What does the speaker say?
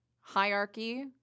hierarchy